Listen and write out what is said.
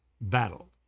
battle